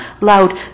loud